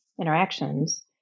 interactions